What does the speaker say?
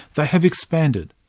they have expanded.